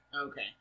Okay